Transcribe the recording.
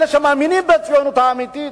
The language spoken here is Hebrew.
אלה שמאמינים בציונות האמיתית,